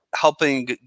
helping